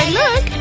look